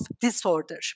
Disorder